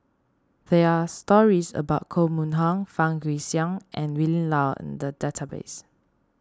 there are stories about Koh Mun Hong Fang Guixiang and Willin Low in the database